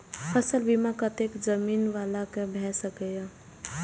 फसल बीमा कतेक जमीन वाला के भ सकेया?